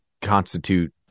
constitute